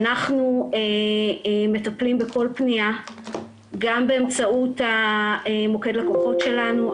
אנחנו מטפלים בכל פנייה גם באמצעות מוקד הלקוחות שלנו.